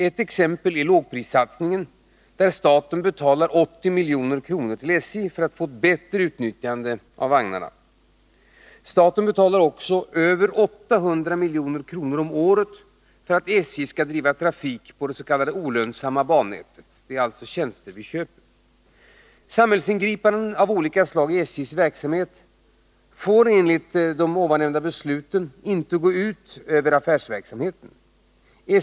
Ett exempel är lågprissatsningen, där staten betalar 80 milj.kr. till SJ för att få ett bättre utnyttjande av vagnarna. Staten betalar också över 800 milj.kr. om året för att SJ skall driva trafik på dets.k. olönsamma bannätet, Det är alltså tjänster som vi köper. Samhällsingripanden av olika slag i SJ:s verksamhet får enligt de ovannämnda besluten inte gå ut över affärsverksamheten.